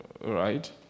Right